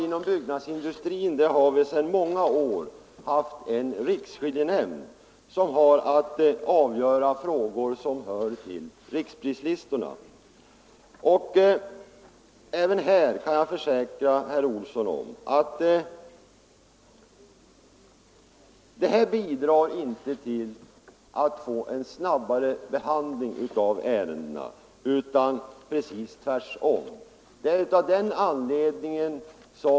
Inom byggnadsindustrin har vi sedan många år en riksskiljenämnd som har att avgöra frågor om riksprislistorna. Jag kan försäkra herr Olsson i Järvsö att det inte bidrar till en snabbare behandling av ärendena, utan tvärtom.